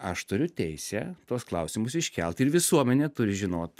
aš turiu teisę tuos klausimus iškelt ir visuomenė turi žinot